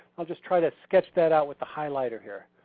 i'll just try to sketch that out with the highlighter here.